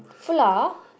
flour